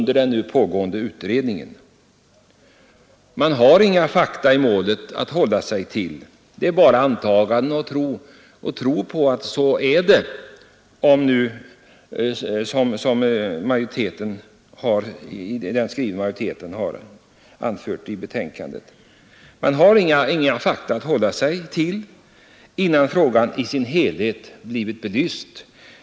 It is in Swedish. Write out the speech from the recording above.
Det finns inga fakta i målet att hålla sig till utan bara antaganden och tro på att det förhåller sig så som majoriteten anfört i betänkandet. Vi har inte tillgång till fakta förrän frågan blivit belyst i sin helhet.